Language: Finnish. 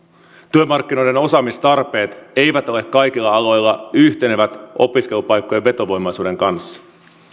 työmarkkinoiden osaamistarpeet eivät ole kaikilla aloilla yhtenevät opiskelupaikkojen vetovoimaisuuden kanssa